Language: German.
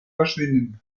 verschwinden